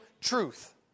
truth